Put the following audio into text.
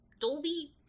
dolby